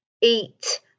eat